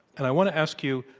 and i want to ask you,